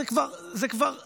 זה כבר פשוט